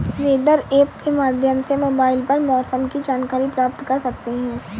weather app के माध्यम से मोबाइल पर मौसम की जानकारी प्राप्त कर सकते हैं